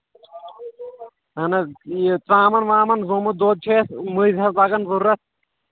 اَہن حظ یہِ ژامَن وامَن زامُت دۄد چھِ اَسہِ مٔنٛزۍ حظ لَگان ضوٚرَتھ